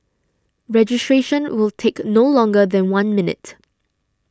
registration will take no longer than one minute